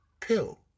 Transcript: pill